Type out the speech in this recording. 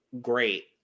Great